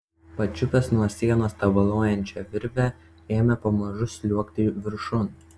pačiupęs nuo sienos tabaluojančią virvę ėmė pamažu sliuogti viršun